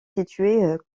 située